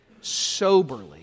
soberly